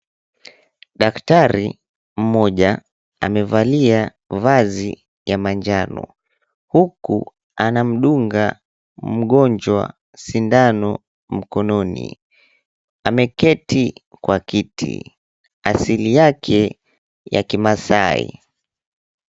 Daktari mmoja amevalia vazi ya manjano huku anamdunga mgonjwa sindano mkononi ameketi kwa kiti asili yake ya kimaasai.